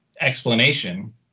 explanation